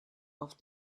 off